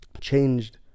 changed